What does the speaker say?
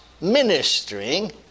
ministering